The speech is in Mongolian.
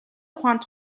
ухаанд